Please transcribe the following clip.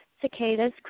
cicadas